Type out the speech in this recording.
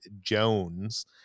Jones